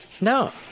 No